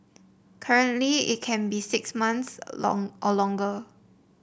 currently it can be six months or longer